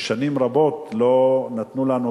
ששנים רבות לא נתנו לנו,